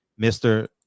Mr